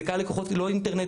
זה קהל לקוחות לא אינטרנטי.